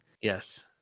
yes